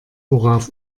worauf